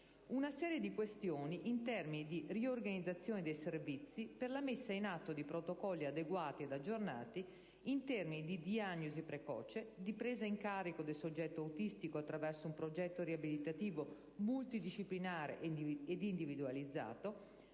una serie di questioni in termini di riorganizzazione dei servizi per la messa in atto di protocolli adeguati ed aggiornati in termini di diagnosi precoce, di presa in carico del soggetto autistico attraverso un progetto riabilitativo multidisciplinare ed individualizzato,